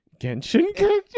genshin